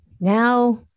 Now